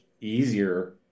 easier